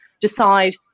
decide